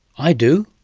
i do.